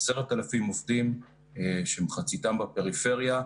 10,000 עובדים שמחציתם בפריפריה,